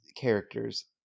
characters